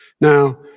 Now